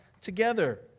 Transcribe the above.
together